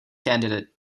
candidate